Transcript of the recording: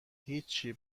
هیچی